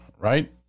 right